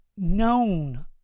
Known